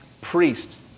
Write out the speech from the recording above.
priest